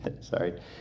sorry